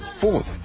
fourth